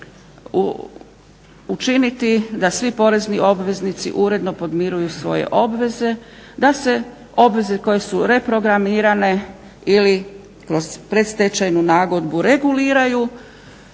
učiniti da svi porezni obveznici uredno podmiruju svoje obveze, da se obveze koje su reprogramirane ili kroz pred stečajnu nagodbu reguliraju